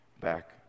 back